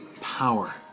power